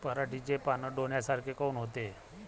पराटीचे पानं डोन्यासारखे काऊन होते?